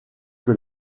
que